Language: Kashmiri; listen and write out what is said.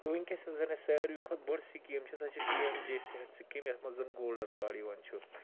تہٕ ؤنٛکیٚس یۄس زن اسہِ ساروٕے کھۄتہٕ بٔڑ سکیٖم چھِ سۄ چھےٚ پی ایم جے صحت سکیٖم یَتھ منٛز زَن گولڈن کارڈ یِوان چھُ